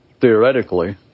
theoretically